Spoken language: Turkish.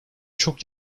çok